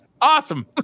Awesome